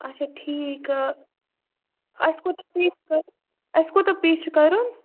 اَچھا ٹھیٖک اَسہِ کوٗتاہ پے چھُ کَرُن اَسہِ کوٗتاہ پے چھُ کَرُن